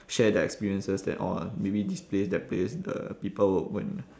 share their experiences that orh maybe this place that place the people will go and